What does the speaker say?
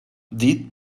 did